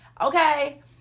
Okay